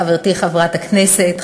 חברתי חברת הכנסת,